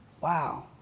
Wow